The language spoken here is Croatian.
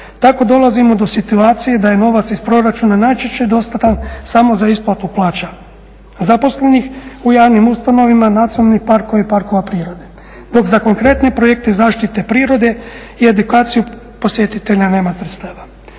Tako dolazimo do situacije da je novac iz proračuna najčešće dostatan samo za isplatu plaća zaposlenih u javnim ustanovama nacionalnih parkova i parkova prirode, dok za konkretne projekte zaštite prirode i edukaciju posjetitelja nema sredstava.